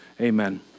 amen